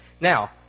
Now